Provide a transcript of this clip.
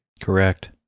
Correct